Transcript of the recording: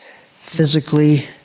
physically